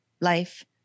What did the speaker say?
life